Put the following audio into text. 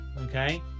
okay